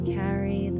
carry